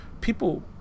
people